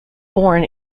born